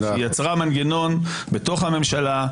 היא יצרה מנגנון בתוך הממשלה,